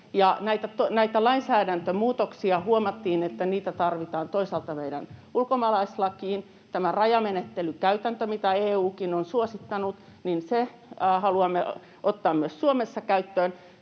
huomattiin, että niitä tarvitaan toisaalta meidän ulkomaalaislakiin. Tämän rajamenettelykäytännön, mitä EU:kin on suosittanut, haluamme ottaa myös Suomessa käyttöön.